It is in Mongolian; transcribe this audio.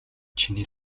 чиний